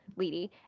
Leedy